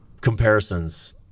comparisons